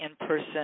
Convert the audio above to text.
in-person